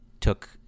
took